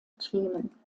themen